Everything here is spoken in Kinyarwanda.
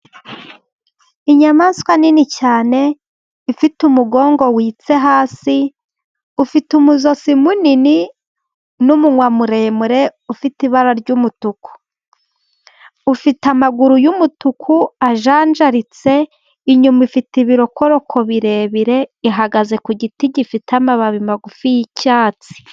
Inyamaswa nini cyane ifite umugongo witse hasi, ifite umuzozi munini, n'umuwa muremure, ifite ibara ry'umutuku, ifite amaguru y'umutuku ajanjaritse. Inyuma ifite ibirokoroko birebire, ihagaze ku giti gifite amababi magufi y'icyatsi.